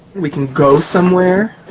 we can go somewhere.